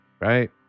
Right